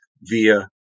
via